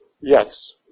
Yes